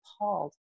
appalled